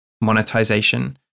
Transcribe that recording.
monetization